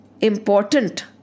important